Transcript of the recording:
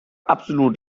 absolut